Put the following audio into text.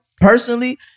personally